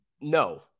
No